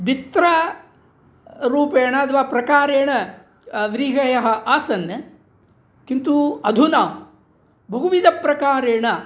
द्वित्ररूपेण अथवा प्रकारेण व्रीहयः आसन् किन्तु अधुना बहुविधप्रकारेण